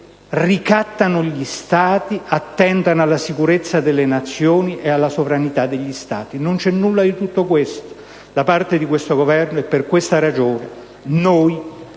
ricattano gli Stati e attentano alla sicurezza delle Nazioni e alla sovranità degli Stati. Non c'è nulla di tutto ciò da parte di questo Governo e, per questa ragione,